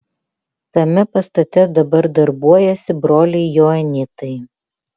tame pastate dabar darbuojasi broliai joanitai